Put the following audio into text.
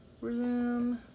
resume